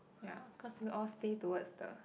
ya cause we all stay towards the